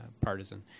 partisan